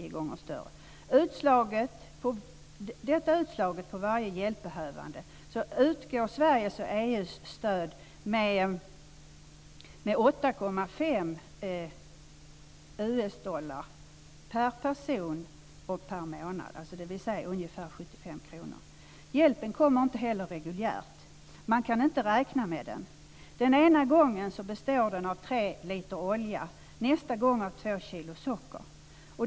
Om man slår ut den summan på varje hjälpbehövande blir Sveriges och EU:s stöd 8,50 US-dollar per person och månad. Det motsvarar ungefär 75 kr i månaden. Hjälpen kommer inte heller regelbundet. Den ena gången består den av tre liter olja, nästa gång av två kilo socker.